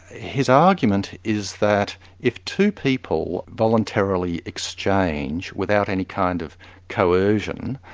his argument is that if two people voluntarily exchange without any kind of coercion,